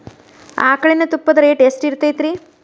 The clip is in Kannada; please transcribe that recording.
ಆಕಳಿನ ತುಪ್ಪದ ರೇಟ್ ಎಷ್ಟು ಇರತೇತಿ ರಿ?